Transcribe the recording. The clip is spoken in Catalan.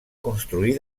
construir